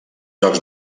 jocs